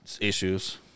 issues